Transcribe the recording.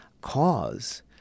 cause